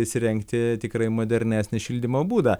įsirengti tikrai modernesnį šildymo būdą